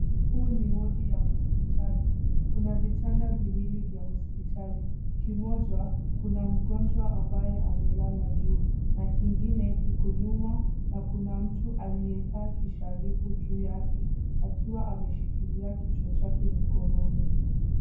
Huu ni wodi ya hospitali, kuna vitanda viwili vya hospitali, kimoja kuna mgonjwa ambaye amelala juu na kingine kiko nyuma na kuna mtu aliyekaa kisharifu juu yake. Akiwa ameshikilia kichwa chake mikononi.